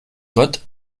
gott